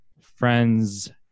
friends